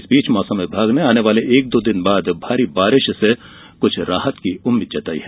इस बीच मौसम विभाग ने आने वाले एक दो दिन बाद भारी बारिश से कुछ राहत की उम्मीद जताई है